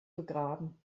begraben